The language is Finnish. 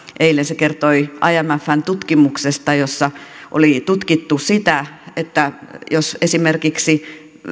eilen se kertoi imfn tutkimuksesta jossa oli tutkittu sitä että jos esimerkiksi